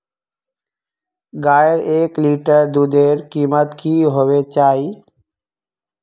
गायेर एक लीटर दूधेर कीमत की होबे चही?